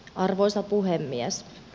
arvoisa puhemies